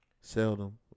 Seldom